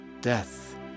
death